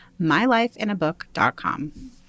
MyLifeInABook.com